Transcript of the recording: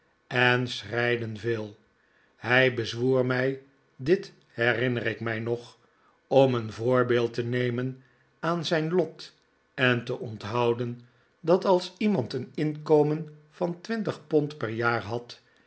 en schreiden veel hij bezwoer mij dit herinner ik mij nog om een voorbeeld te nemen aan zijn lot en te onthouden dat als iemand een inkomen van twintig pond per jaar had